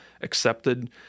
accepted